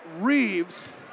Reeves